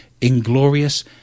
inglorious